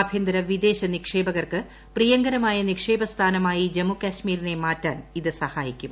ആഭ്യന്തര വിദേശ നിക്ഷേപകർക്ക് പ്രിയങ്കരമായ നിക്ഷേപ സ്ഥാനമായി ജമ്മു കശ്മീരിനെ മാറ്റാൻ ഇത് സഹായിക്കും